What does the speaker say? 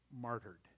Martyred